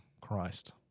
Christ